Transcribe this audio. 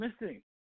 missing